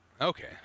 Okay